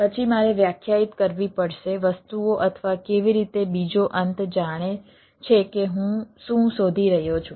પછી મારે વ્યાખ્યાયિત કરવી પડશે વસ્તુઓ અથવા કેવી રીતે બીજો અંત જાણે છે કે હું શું શોધી રહ્યો છું